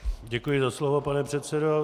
Děkuji za slovo pane předsedo.